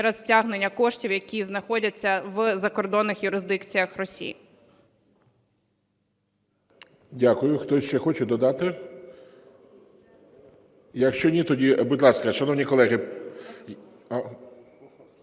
через стягнення коштів, які знаходяться в закордонних юрисдикціях Росії.